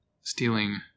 stealing